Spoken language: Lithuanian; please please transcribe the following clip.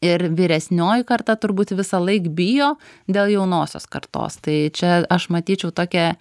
ir vyresnioji karta turbūt visąlaik bijo dėl jaunosios kartos tai čia aš matyčiau tokią